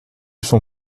son